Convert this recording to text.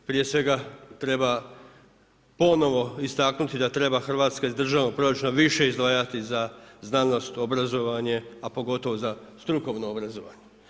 Prije svega treba ponovno istaknuti da treba Hrvatska iz državnog proračuna više izdvajati za znanost, obrazovanje, a pogotovo za strukovno obrazovanje.